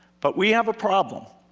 but we have a problem.